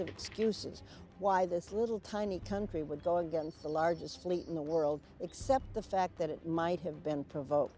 of excuses why this little tiny country would go against the largest fleet in the world except the fact that it might have been